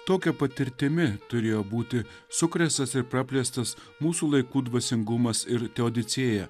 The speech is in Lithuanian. tokia patirtimi turėjo būti sukrėstas ir praplėstas mūsų laikų dvasingumas ir teodicėja